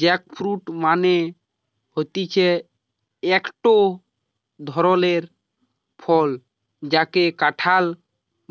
jackfruit মানে হতিছে একটো ধরণের ফল যাকে কাঁঠাল